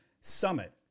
Summit